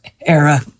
era